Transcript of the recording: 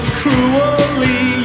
cruelly